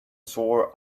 sore